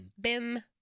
Bim